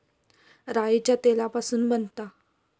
राईच्या तेलापासून बनता